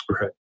right